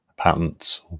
Patents